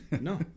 no